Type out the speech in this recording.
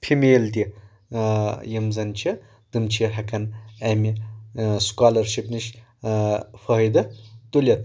female تہِ یِم زَن چھِ تِم چھِ ہٮ۪کان اَمہِ سٔکالرشِپ نِش فٲیِدٕ تُلِتھ